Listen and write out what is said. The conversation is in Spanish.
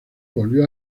volvió